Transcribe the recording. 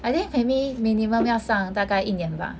I think maybe minimum 要上大概一年吧